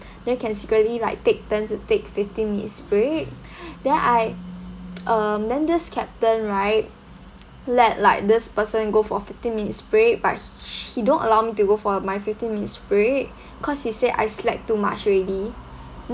then can secretly like take turns to take fifteen minutes break there I um then this captain right let like this person go for fifty minutes break but s~ he don't allow me to go for my fifteen minutes break cause he say I slack too much already